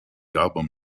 album